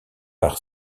par